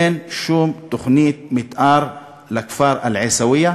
אין שום תוכנית מתאר לכפר אל-עיסאוויה.